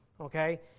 Okay